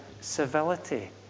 Civility